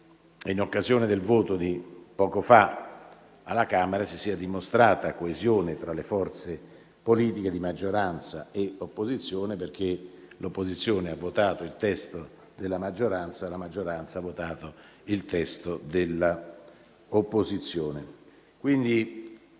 in occasione del voto di poco fa alla Camera, si sia dimostrata coesione tra le forze politiche di maggioranza e opposizione, perché l'opposizione ha votato il testo della maggioranza e la maggioranza votato il testo dell'opposizione.